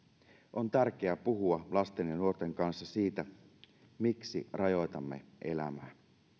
on tärkeää puhua lasten ja nuorten kanssa siitä miksi rajoitamme elämää